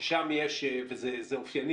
וזה אופייני